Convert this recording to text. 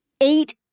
eight